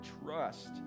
trust